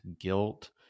guilt